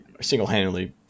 single-handedly